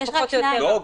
לא.